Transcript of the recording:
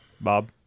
Bob